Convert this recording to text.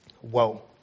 Whoa